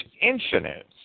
infinite